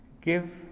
Give